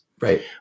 Right